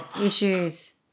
issues